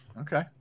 Okay